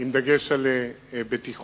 עם דגש על בטיחות,